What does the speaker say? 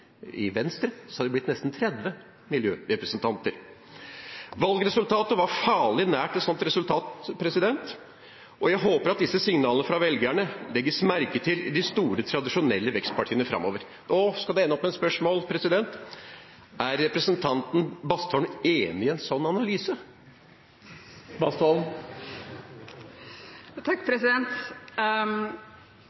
i Venstre, hadde det blitt nesten 30 miljørepresentanter. Valget var farlig nært et slikt resultat, og jeg håper at disse signalene fra velgerne blir lagt merke til i de store tradisjonelle vekstpartiene framover. Nå skal det ende opp med et spørsmål: Er representanten Bastholm enig i en slik analyse?